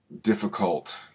difficult